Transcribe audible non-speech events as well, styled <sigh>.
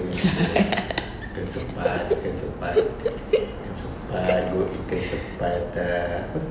<laughs>